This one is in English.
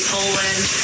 Poland